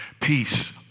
peace